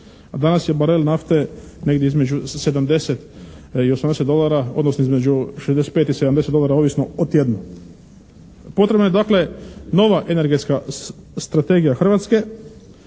danas je barel nafte negdje između 70 i 80 dolara odnosno između 65 i 70 dolara ovisno o tjednu. Potrebna je dakle nova energetska strategija Hrvatske